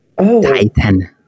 Titan